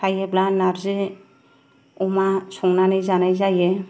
थायोब्ला नार्जि अमा संनानै जानाय जायो